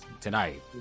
tonight